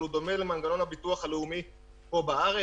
אבל הוא דומה למנגנון הביטוח הלאומי פה בארץ.